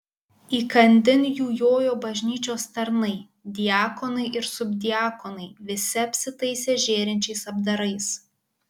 įkandin jų jojo bažnyčios tarnai diakonai ir subdiakonai visi apsitaisę žėrinčiais apdarais